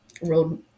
road